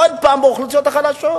עוד פעם באוכלוסיות החלשות.